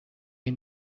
این